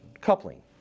coupling